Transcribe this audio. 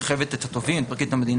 היא מחייבת את התובעים, את פרקליט המדינה.